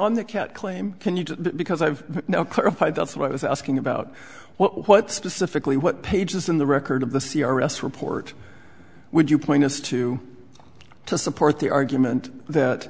on the cat claim can you do because i have no clarified that's what i was asking about what specifically what pages in the record of the c r s report would you point us to to support the argument that